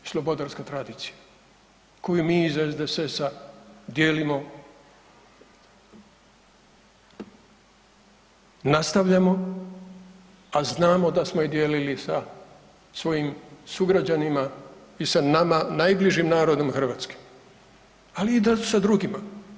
Slobodarska tradicija, koju mi iz SDSS-a dijelimo, nastavljam a znamo da smo i dijelili sa svojim sugrađanima i sa nama najbližim narodom Hrvatske, ali i da sa drugima.